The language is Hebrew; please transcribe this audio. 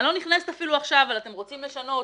אני לא נכנסת אפילו עכשיו אל אתם רוצים לשנות,